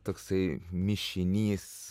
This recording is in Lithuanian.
toksai mišinys